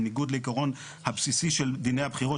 בניגוד לעיקרון הבסיסי של דיני הבחירות